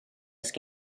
ask